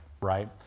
right